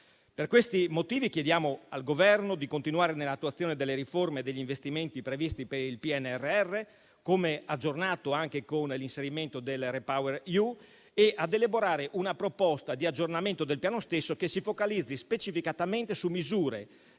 Per questi motivi, chiediamo al Governo di continuare nell'attuazione delle riforme e degli investimenti previsti con il PNRR, come aggiornato anche con l'inserimento del REPowerEU, e ad elaborare una proposta di aggiornamento del Piano stesso che si focalizzi specificamente su misure